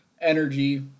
energy